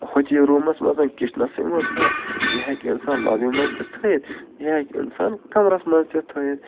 ہوٚتی روٗمَس منٛزَن کِچنَسٕے منٛز نہ یہِ ہیٚکہِ اِنسان لابی منٛز تہِ تھٲوِتھ یہِ ہیٚکہِ اِنسان کَمرَس منٛز تہِ تھٲوِتھ